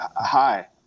hi